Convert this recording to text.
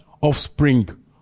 offspring